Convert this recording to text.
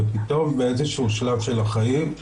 ופתאום באיזשהו שלב של החיים,